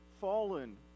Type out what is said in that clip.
fallen